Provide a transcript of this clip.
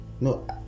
No